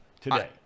today